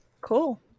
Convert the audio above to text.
Cool